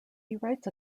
writes